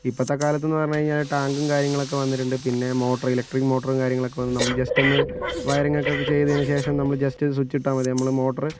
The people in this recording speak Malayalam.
ഇപ്പോഴത്തെ കാലത്തെന്ന് പറഞ്ഞു കഴിഞ്ഞാൽ ടാങ്കും കാര്യങ്ങളൊക്കെ വന്നിട്ടുണ്ട് പിന്നെ മോട്ടർ ഇലക്ട്രിക്ക് മോട്ടറും കാര്യങ്ങളൊക്കെ വന്ന് നമ്മൾ ജസ്റ്റ് ഒന്ന് വയറിങ്ങൊക്കെ ചെയ്തതിന് ശേഷം നമ്മൾ ജസ്റ്റ് ഒന്ന് സ്വിച്ചിട്ടാൽ മതി നമ്മൾ മോട്ടർ